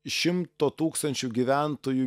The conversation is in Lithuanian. iš šimto tūkstančių gyventojų